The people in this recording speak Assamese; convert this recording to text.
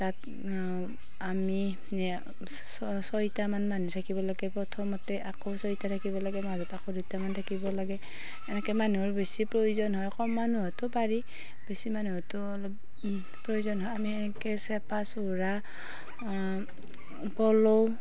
তাত আমি ছয় ছয়টামান মানুহ থাকিব লাগিব প্ৰথমতে আকৌ ছয়টা থাকিব লাগে মাজত আকৌ দুটামান থাকিব লাগে এনেকৈ মানুহৰ বেছি প্ৰয়োজন হয় কম মানুহতো পাৰি বেছি মানুহতো অলপ প্ৰয়োজন হয় আমি এনেকৈ চেপা চোৰহা প'ল'